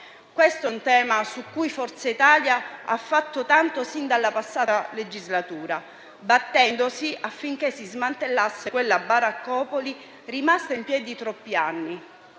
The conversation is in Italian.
Questo è un tema su cui Forza Italia ha fatto tanto sin dalla passata legislatura, battendosi affinché si smantellasse quella baraccopoli, rimasta in piedi troppi anni.